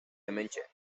hementxe